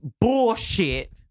bullshit